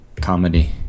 comedy